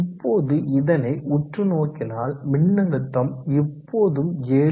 இப்போது இதனை உற்று நோக்கினால் மின்னழுத்தம் இப்போதும் 7